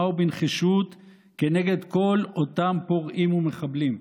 ובנחישות כנגד כל אותם פורעים ומחבלים.